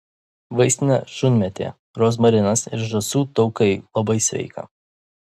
vaistinė šunmėtė rozmarinas ir žąsų taukai labai sveika